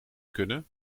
kunnen